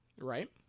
Right